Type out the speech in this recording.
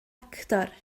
actor